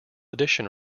edition